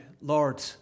Lord